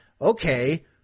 Okay